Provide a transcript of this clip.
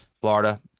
Florida